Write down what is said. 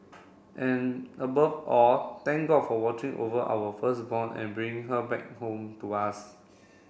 and above all thank God for watching over our firstborn and bringing her back home to us